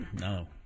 No